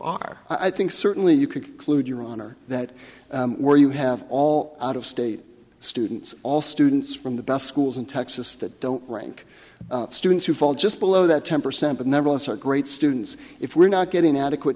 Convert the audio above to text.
are i think certainly you could clued your honor that were you have all out of state students all students from the best schools in texas that don't rank students who fall just below that ten percent number also great students if we're not getting adequate